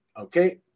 Okay